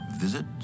Visit